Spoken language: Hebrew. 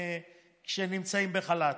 נמצאים בחל"ת.